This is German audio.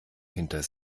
hinter